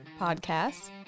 Podcasts